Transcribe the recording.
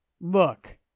Look